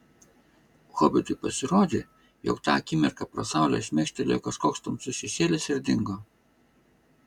hobitui pasirodė jog tą akimirką pro saulę šmėkštelėjo kažkoks tamsus šešėlis ir dingo